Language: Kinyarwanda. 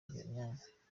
myanya